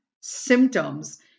symptoms